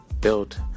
built